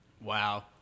Wow